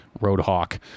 Roadhawk